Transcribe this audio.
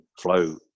flow